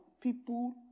people